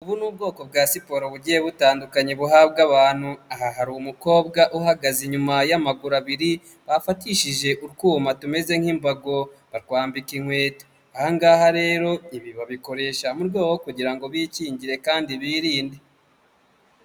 Ubu ni ubwoko bwa siporo bugiye butandukanye buhabwa abantu, aha hari umukobwa uhagaze inyuma y'amaguru abiri, bafatishije utwuma tumeze nk'imbago batwambika inkweto, aha ngaha rero ibi babikoresha mu rwebo rwo kugira ngo bikingire kandi birinde.